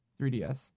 3DS